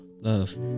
love